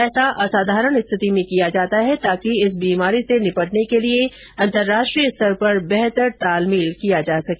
ऐसा असाधारण स्थिति में किया जाता है ताकि इस बीमारी से निपटने के लिए अंतराष्ट्रीय स्तर पर बेहतर तालमेल किया जा सके